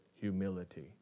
humility